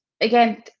again